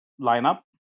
lineup